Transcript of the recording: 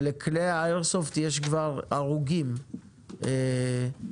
ולכלי האיירסופט יש כבר הרוגים בטרור.